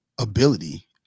ability